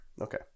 Okay